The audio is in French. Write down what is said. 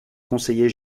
conseiller